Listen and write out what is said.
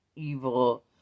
Evil